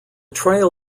trail